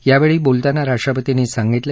यावेळी बोलताना राष्ट्रपतींनी सांगितलं